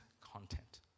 content